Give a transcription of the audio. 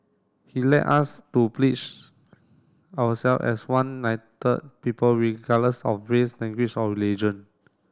he led us to our self as one people regardless of race language or religion